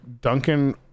Duncan